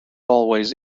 always